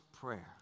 prayer